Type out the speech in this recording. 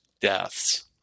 deaths